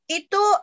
itu